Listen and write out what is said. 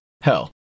hell